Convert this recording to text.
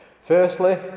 Firstly